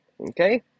Okay